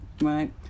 right